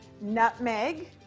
nutmeg